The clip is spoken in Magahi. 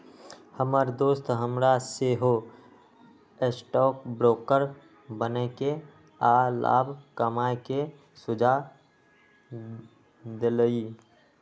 हमर दोस हमरा सेहो स्टॉक ब्रोकर बनेके आऽ लाभ कमाय के सुझाव देलइ